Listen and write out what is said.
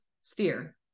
steer